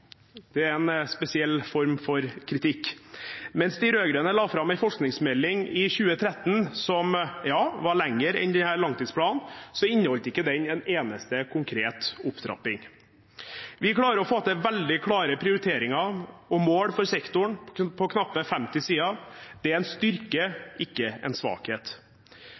Det er en spesiell form for kritikk. De rød-grønne la fram en forskningsmelding i 2013, som var lengre enn denne handlingsplanen, men den inneholdt ikke en eneste konkret opptrapping. Vi klarer å få til veldig klare prioriteringer og mål for sektoren på knappe 50 sider. Det er en styrke, ikke en svakhet.